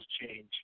change